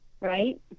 right